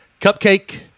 cupcake